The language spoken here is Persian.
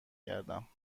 گردم